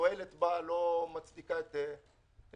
התועלת בה לא מצדיקה את הדיון.